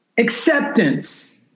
Acceptance